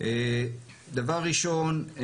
דבר ראשון,